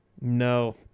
No